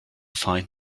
find